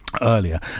Earlier